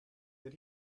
did